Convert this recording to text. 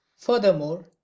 Furthermore